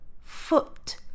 foot